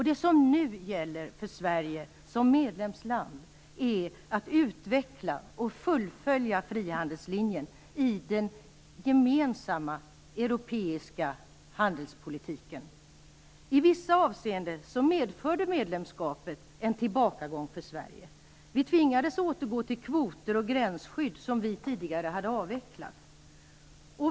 Det som nu gäller för Sverige som medlemsland är att utveckla och fullfölja frihandelslinjen i den gemensamma europeiska handelspolitiken. I vissa avseenden medförde medlemskapet en tillbakagång för Sverige. Vi tvingades återgå till kvoter och gränsskydd som vi tidigare hade avvecklat.